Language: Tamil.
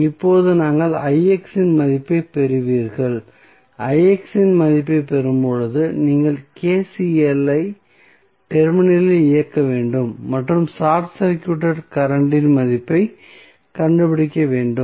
இப்போது நீங்கள் இன் மதிப்பைப் பெறுவீர்கள் இன் மதிப்பைப் பெறும்போது நீங்கள் KCL ஐ டெர்மினலில் இயக்க வேண்டும் மற்றும் ஷார்ட் சர்க்யூட் கரண்ட் இன் மதிப்பைக் கண்டுபிடிக்க வேண்டும்